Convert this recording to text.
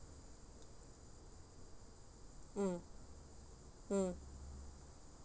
mm mm